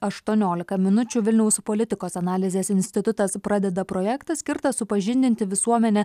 aštuoniolika minučių vilniaus politikos analizės institutas pradeda projektą skirtą supažindinti visuomenę